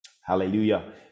Hallelujah